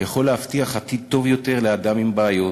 יכול להבטיח עתיד טוב יותר לאדם עם בעיות